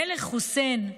המלך חוסיין,